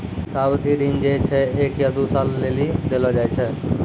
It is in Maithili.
सावधि ऋण जे छै एक या दु सालो लेली देलो जाय छै